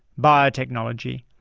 biotechnology,